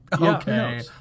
Okay